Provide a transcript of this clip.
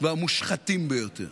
והמושחתים ביותר.